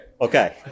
Okay